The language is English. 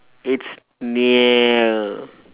it's near